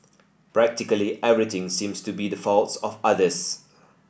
practically everything seems to be the fault of others